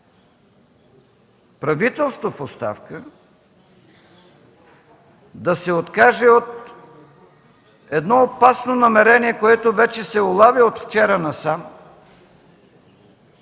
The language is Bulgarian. правителството в оставка да се откаже от едно опасно намерение, което вече, от вчера насам,